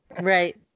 Right